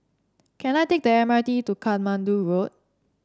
can I take the M R T to Katmandu Road